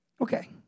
Okay